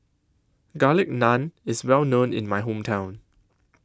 Garlic Naan IS Well known in My Hometown